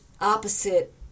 opposite